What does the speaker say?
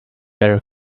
better